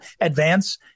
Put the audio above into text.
advance